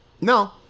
No